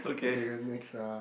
okay okay next ah